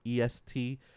EST